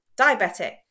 diabetic